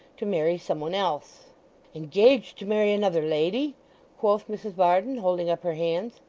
to marry some one else engaged to marry another lady quoth mrs varden, holding up her hands.